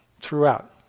throughout